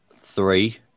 Three